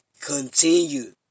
continue